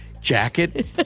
jacket